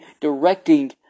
directing